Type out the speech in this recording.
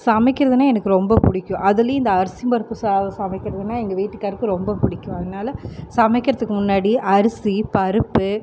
சமைக்கிறதுனா எனக்கு ரொம்ப பிடிக்கும் அதுலேயும் இந்த அரிசிம் பருப்பு சாதம் சமைக்கிறதுனா எங்கள் வீட்டுக்காருக்கு ரொம்ப பிடிக்கும் அதனால் சமைக்கிறதுக்கு முன்னாடி அரிசி பருப்பு